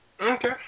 Okay